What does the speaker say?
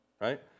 right